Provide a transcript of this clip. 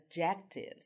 adjectives